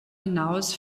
hinaus